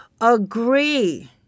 agree